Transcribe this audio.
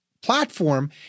platform